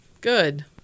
Good